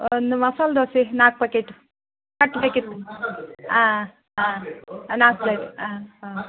ಒಂದು ಮಸಾಲೆ ದೋಸೆ ನಾಲ್ಕು ಪಾಕೆಟ್ಟು ನಾಲ್ಕು ಪ್ಯಾಕೆಟ್ಟು ಆಂ ಆಂ ನಾಲ್ಕು ಪ್ಲೇಟ್ ಆಂ ಹಾಂ